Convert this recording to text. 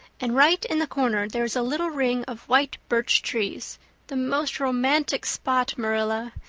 and right in the corner there is a little ring of white birch trees the most romantic spot, marilla.